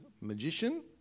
magician